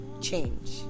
change